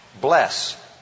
bless